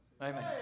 Amen